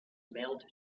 mailed